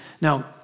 Now